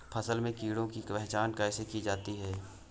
फसल में कीड़ों की पहचान कैसे की जाती है?